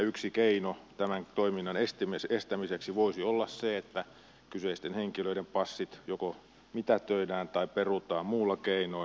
yksi keino tämän toiminnan estämiseksi voisi olla se että kyseisten henkilöiden passit joko mitätöidään tai perutaan muulla keinoin